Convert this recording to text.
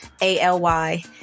A-L-Y